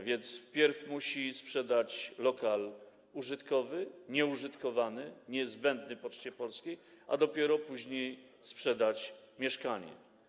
Więc najpierw musi sprzedać lokal użytkowy nieużytkowany, niezbędny Poczcie Polskiej, a dopiero później sprzedać mieszkanie.